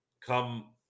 come